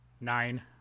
Nine